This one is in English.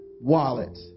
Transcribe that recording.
wallet